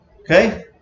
Okay